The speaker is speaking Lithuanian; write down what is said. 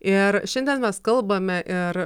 ir šiandien mes kalbame ir